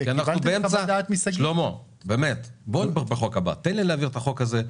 תן לי להעביר את החוק הזה.